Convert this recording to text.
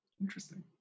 interesting